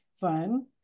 fun